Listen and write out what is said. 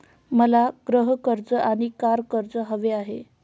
मला गृह कर्ज आणि कार कर्ज हवे आहे